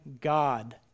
God